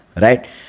right